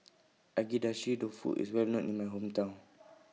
Agedashi Dofu IS Well known in My Hometown